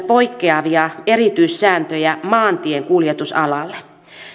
poikkeavia erityissääntöjä maantiekuljetusalalle